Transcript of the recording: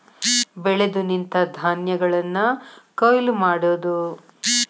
ಬೆಳೆದು ನಿಂತ ಧಾನ್ಯಗಳನ್ನ ಕೊಯ್ಲ ಮಾಡುದು